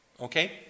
Okay